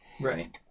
Right